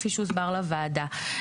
כפי שהוסבר לוועדה.